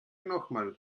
nochmal